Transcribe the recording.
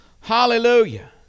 Hallelujah